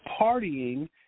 partying